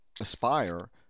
Aspire